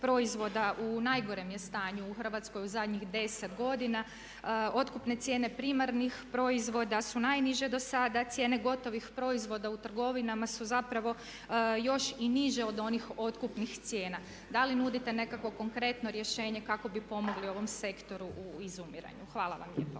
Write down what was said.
u najgorem je stanju u Hrvatskoj u zadnjih deset godina. Otkupne cijene primarnih proizvoda su najniže do sada. Cijene gotovih proizvoda u trgovinama su zapravo još i niže od onih otkupnih cijena. Da li nudite nekakvo konkretno rješenje kako bi pomogli ovom sektoru u izumiranju. Hvala vam lijepa.